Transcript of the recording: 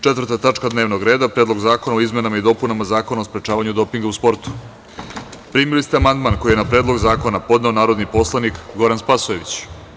Četvrta tačka dnevnog reda – PREDLOG ZAKONA O IZMENAMA I DOPUNAMA ZAKONA O SPREČAVANjU DOPINGA U SPORTU Primili ste amandman koji je na Predlog zakona podneo narodni poslanik Goran Spasojević.